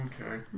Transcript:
Okay